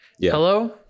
Hello